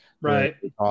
right